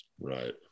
Right